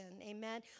amen